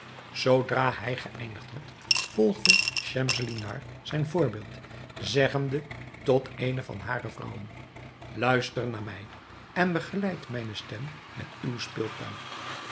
zoodra hij geëindigd had volgde schemselnihar zijn voorbeeld zeggende tot eene van hare vrouwen luister naar mij en begeleid mijne stem met uw speeltuig